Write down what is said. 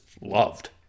loved